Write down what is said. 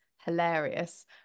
hilarious